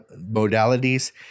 modalities